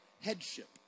headship